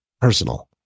personal